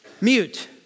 mute